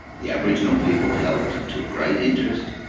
the aboriginal people helped and took great interest.